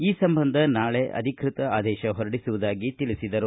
ಈ ಸಂಬಂಧ ನಾಳೆ ಅಧಿಕೃತ ಆದೇಶ ಹೊರಡಿಸುವುದಾಗಿ ತಿಳಿಸಿದರು